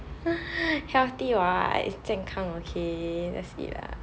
healthy what it's 健康 okay let's eat lah